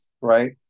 right